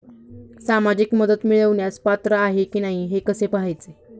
सामाजिक मदत मिळवण्यास पात्र आहे की नाही हे कसे पाहायचे?